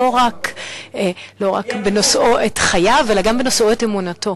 לא רק בנושאו את חייו אלא גם בנושאו את אמונתו.